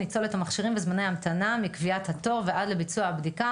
ניצולת המכשירים וזמני ההמתנה מקביעת התור ועד לביצוע הבדיקה